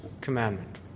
commandment